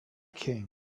king